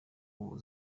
ubu